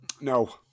No